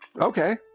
Okay